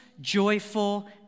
joyful